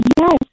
Yes